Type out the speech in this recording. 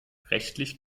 rechtlich